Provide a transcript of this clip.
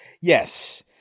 Yes